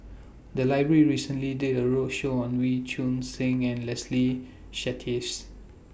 The Library recently did A roadshow on Wee Choon Seng and Leslie Charteris